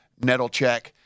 Nettlecheck